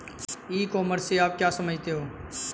ई commerce से आप क्या समझते हो?